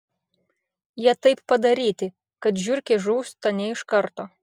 jie taip padaryti kad žiurkė žūsta ne iš karto